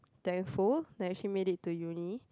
thankful that I actually made it to uni